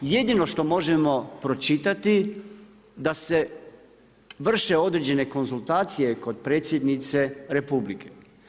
Jedino što možemo pročitati da se vrše određene konzultacije kod Predsjednice Republike.